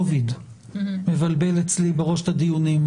מבלבל אצלי את הדיונים.